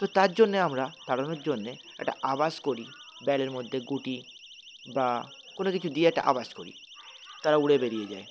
তো তার জন্যে আমরা তাড়ানোর জন্যে একটা আওয়াজ করি ব্যালের মধ্যে গুটি বা কোনো কিছু দিয়ে একটা আওয়াজ করি তারা উড়ে বেরিয়ে যায়